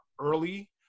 early